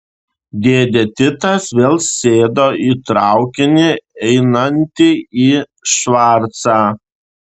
dėdė titas vėl sėdo į traukinį einantį į švarcą